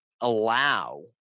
allow